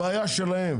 הבעיה שלהם,